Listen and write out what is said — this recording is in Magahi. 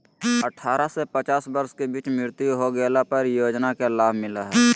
अठारह से पचास वर्ष के बीच मृत्यु हो गेला पर इ योजना के लाभ मिला हइ